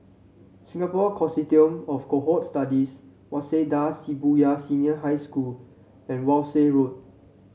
Singapore Consortium of Cohort Studies Waseda Shibuya Senior High School and Walshe Road